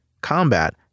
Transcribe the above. Combat